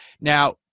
Now